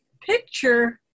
picture